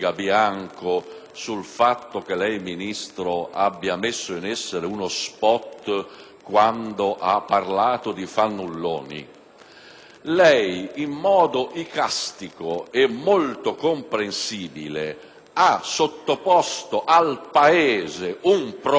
afferma che lei, ministro Brunetta, ha messo in essere uno *spot* quando ha parlato dei fannulloni. Lei, in modo icastico e molto comprensibile, ha sottoposto al Paese un problema